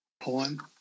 poem